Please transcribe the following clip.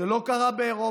זה לא קרה באירופה,